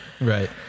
right